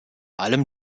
allem